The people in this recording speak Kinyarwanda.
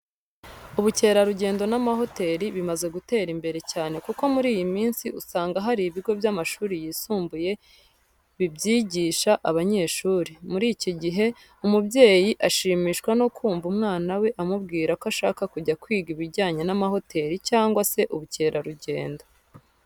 Ubukerarugendo n'amahoteli bimaze gutera imbere cyane kuko muri iyi minsi usanga hari ibigo by'amashuri yisumbuye bibyigisha abanyeshuri. Muri iki gihe, umubyeyi ashimishwa no kumva umwana we amubwiye ko ashaka kujya kwiga ibijyanye n'amahoteli cyangwa se ubukerarugendo.